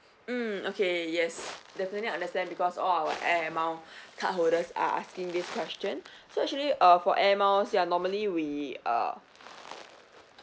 mm okay yes definitely understand because all our air mile cardholders are asking this question so actually uh for air miles ya normally we uh